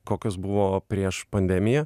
kokios buvo prieš pandemiją